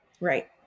Right